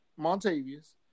Montavious